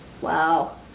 Wow